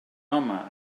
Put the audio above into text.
home